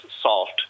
solved